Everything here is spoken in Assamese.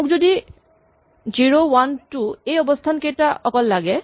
মোক যদি ০ ১ ২ অৱস্হানকেইটা অকল লাগে